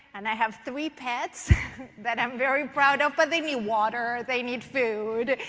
and i have three pets that i'm very proud of. but they need water. they need food.